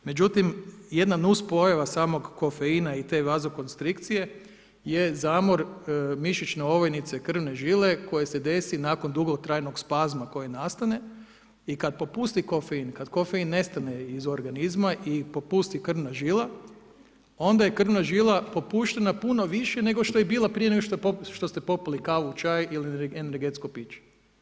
Međutim, jedna nuspojava samog kofeina i te vazokonstrikcije je zamor mišićne ovojnice, krvne žile, koja se desi nakon dugotrajnog spozna koji nastaje i kada popusti kofein, kada kofein nestane iz organizma i popusti krvna žila, onda je krvna žila popuštena puno više nego što je bila, prije nego što ste popeli kavu, čaj ili energetsko piće.